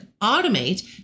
automate